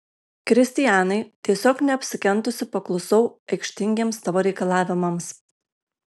kristianai tiesiog neapsikentusi paklusau aikštingiems tavo reikalavimams